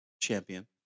champion